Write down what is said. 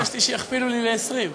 ביקשתי שיכפילו לי ל-20,